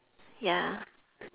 ya